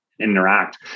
interact